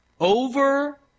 over